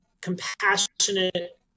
compassionate